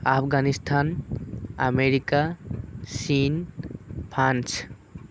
Afghanistan America চীন France